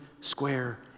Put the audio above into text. square